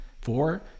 Four